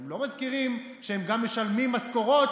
הם לא מזכירים שהם גם משלמים משכורות